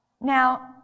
Now